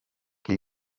che